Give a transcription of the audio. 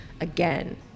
again